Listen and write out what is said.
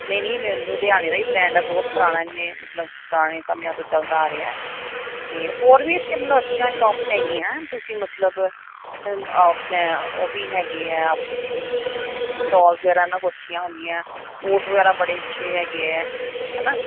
ਨਹੀਂ ਨਹੀਂ ਲੁਧਿਆਣੇ ਦਾ ਹੀ ਬ੍ਰਾਂਡ ਬਹੁਤ ਪੁਰਾਣਾ ਇੰਨੇ ਮਤਲਬ ਪੁਰਾਣੇ ਸਮਿਆਂ ਤੋਂ ਚੱਲਦਾ ਆ ਰਿਹਾ ਅਤੇ ਹੋਰ ਵੀ ਇੱਥੇ ਮਤਲਬ ਅੱਛੀਆਂ ਸ਼ੋਪਸ ਹੈਗੀਆਂ ਤੁਸੀਂ ਮਤਲਬ ਉਹ ਵੀ ਹੈਗੇ ਆ ਸ਼ੋਲਜ ਵਗੈਰਾ ਇਹਨਾਂ ਕੋਲ ਅੱਛੀਆਂ ਹੁੰਦੀਆਂ ਕੋਟ ਵਗੈਰਾ ਬੜੇ ਅੱਛੇ ਹੈਗੇ ਆ ਹੈ ਨਾ